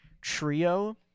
trio